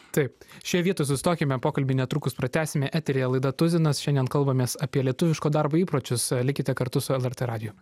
taip šioj vietoj sustokime pokalbį netrukus pratęsime eteryje laida tuzinas šiandien kalbamės apie lietuviško darbo įpročius likite kartu su lrt radiju